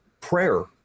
Prayer